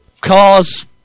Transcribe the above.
cars